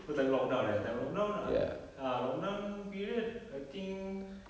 ke time lockdown eh time lockdown I uh lockdown period I think